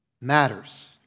matters